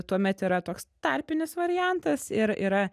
tuomet yra toks tarpinis variantas ir yra